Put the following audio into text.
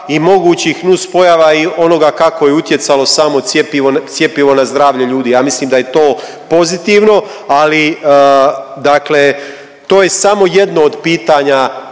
i mogućih nuspojava i onoga kako je utjecalo samo cjepivo na zdravlje ljudi. Ja mislim da je to pozitivno, ali dakle to je samo jedno od pitanja